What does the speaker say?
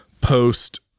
post